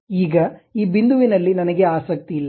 ಈಗ ಈ ಬಿಂದುವಿನಲ್ಲಿ ನನಗೆ ಆಸಕ್ತಿ ಇಲ್ಲ